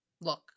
look